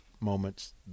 moments